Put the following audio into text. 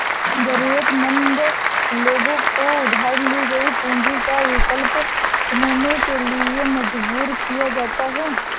जरूरतमंद लोगों को उधार ली गई पूंजी का विकल्प चुनने के लिए मजबूर किया जाता है